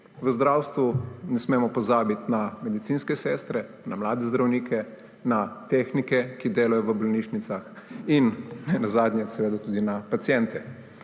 V zdravstvu ne smemo pozabiti na medicinske sestre, na mlade zdravnike, na tehnike, ki delajo v bolnišnicah, in ne nazadnje seveda tudi na paciente.